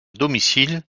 domicile